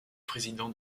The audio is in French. président